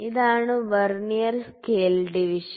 ഇതാണ് vernier scale division